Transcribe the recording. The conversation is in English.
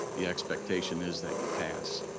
the expectation is that you pass.